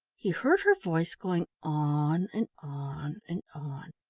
he heard her voice going on and on and on.